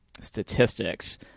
statistics